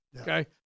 Okay